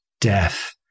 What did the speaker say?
death